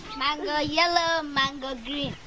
mango yellow, mango green.